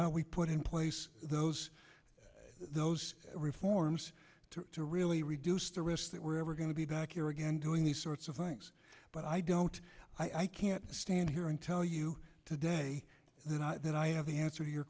how we put in place those those reforms to really reduce the risk that we're never going to be back here again doing these sorts of things but i don't i can't stand here and tell you today that i have the answer to your